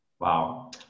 Wow